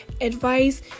advice